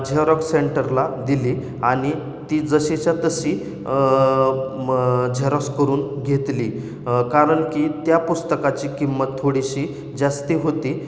Xerox सेंटरला दिली आणि ती जशीच्या तशी म झेरॉस करून घेतली कारण की त्या पुस्तकाची किंमत थोडीशी जास्त होती